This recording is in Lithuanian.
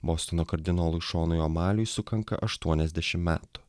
bostono kardinolui šonui amaliui sukanka aštuoniasdešim metų